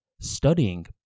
Studying